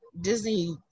Disney